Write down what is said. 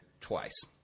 twice